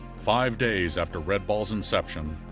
five days after red ball s inception,